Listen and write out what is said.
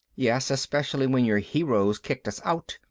yes, especially when your heroes kicked us out,